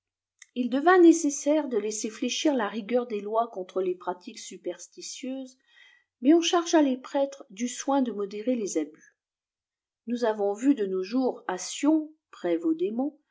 il devint nécessaire de laisser fléchir la rigueur des lois contre les pratiques superstitieuses mais on chargea les prêtres du soin de modérer les abus nous avons vu de nos jours